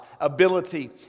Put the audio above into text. ability